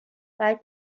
سعی